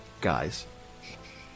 Guys